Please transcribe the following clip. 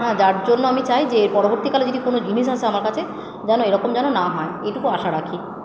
হ্যাঁ যার জন্য আমি চাই যে পরবর্তীকালে যদি কোনো জিনিস আসে আমার কাছে যেন এরকম যেন না হয় এটুকু আশা রাখি